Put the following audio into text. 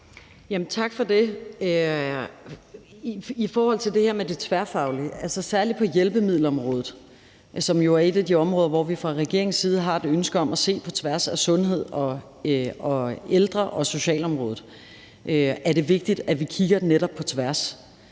Tak for det. I forhold til det her med det tværfaglige, altså særlig på hjælpemiddelområdet, som jo er et af de områder, hvor vi fra regeringens side har et ønske om at se på tværs af sundhed og ældre og socialområdet, er det vigtigt, at vi kigger netop på tværs.